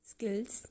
Skills